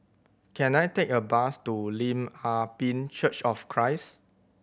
can I take a bus to Lim Ah Pin Church of Christ